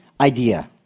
idea